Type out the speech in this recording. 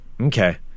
Okay